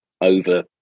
over